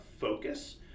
focus